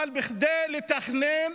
אבל כדי לתכנן,